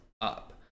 up